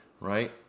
right